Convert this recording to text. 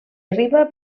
arriba